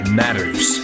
matters